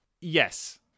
Yes